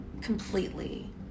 completely